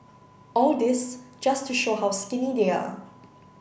all this just to show how skinny they are